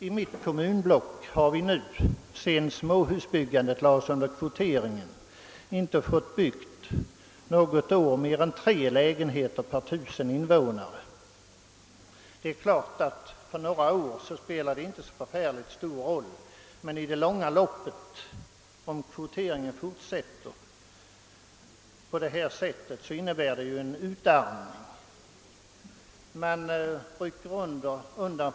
I mitt kommunblock har vi, sedan småhusbyggandet lades under kvoteringen, inte något år fått bygga mer än tre lägenheter per 1000 invånare. För några år spelar detta inte så stor roll men om kvoteringen fortsätter på detta sätt innebär det i det långa loppet en utarmning.